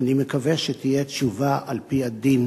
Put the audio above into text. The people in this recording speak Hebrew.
ואני מקווה שתהיה תשובה על-פי הדין